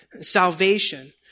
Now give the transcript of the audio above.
Salvation